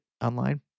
online